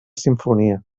simfonia